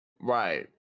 Right